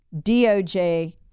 DOJ